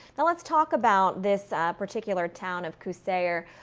now let's talk about this ah particular town of qusair.